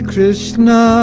Krishna